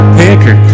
picker